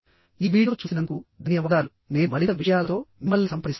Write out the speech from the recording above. ఈ వీడియో చూసినందుకు ధన్యవాదాలు నేను మరింత విషయాలతో మిమ్మల్ని సంప్రదిస్తాను